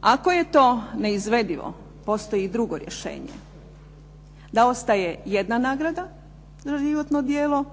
Ako je to neizvedivo postoji i drugo rješenje, da ostaje jedna nagrada za životno djelo